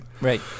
Right